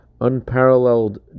Unparalleled